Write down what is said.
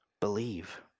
believe